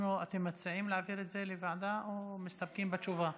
אתם מציעים להעביר לוועדה או מסתפקים בתשובה?